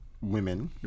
women